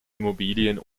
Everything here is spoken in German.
immobilien